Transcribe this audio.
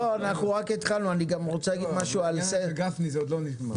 אני הגעתי מודאגת